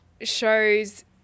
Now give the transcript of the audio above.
shows